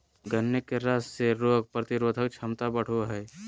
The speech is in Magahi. गन्ने के रस से रोग प्रतिरोधक क्षमता बढ़ो हइ